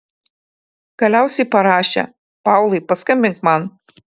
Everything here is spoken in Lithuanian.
galiausiai parašė paulai paskambink man